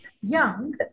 young